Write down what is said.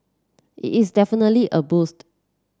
it is definitely a boost